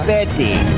Betty